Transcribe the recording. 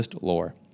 lore